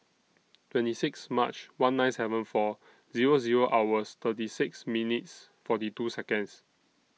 twenty six March one nine seven four Zero Zero hours thirty six minutes forty two Seconds